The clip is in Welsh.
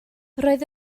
roedd